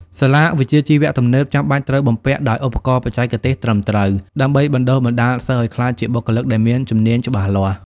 សាលាវិជ្ជាជីវៈទំនើបចាំបាច់ត្រូវបំពាក់ដោយឧបករណ៍បច្ចេកទេសត្រឹមត្រូវ ដើម្បីបណ្ដុះបណ្ដាលសិស្សឱ្យក្លាយជាបុគ្គលិកដែលមានជំនាញច្បាស់លាស់។